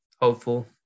hopeful